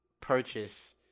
purchase